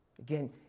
Again